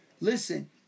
listen